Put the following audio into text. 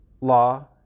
law